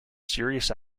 serious